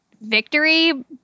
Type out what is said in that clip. victory